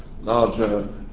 larger